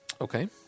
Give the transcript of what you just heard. Okay